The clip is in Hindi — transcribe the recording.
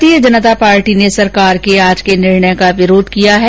भारतीय जनता पार्टी ने सरकार के आज के निर्णय का विरोध किया है